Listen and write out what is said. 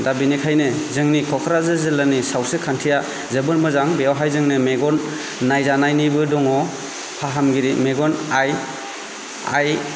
दा बिनिखायनो जोंनि क'क्राझार जिल्लानि सावस्रि खान्थिआ जोबोर मोजां बेयावहाय जोंनो मेगन नायजानाय निबो दंङ फाहामगिरि मेगन आइ आइ